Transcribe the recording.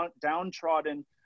downtrodden